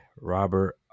Robert